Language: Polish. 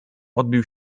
odbił